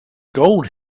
gold